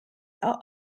are